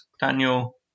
Daniel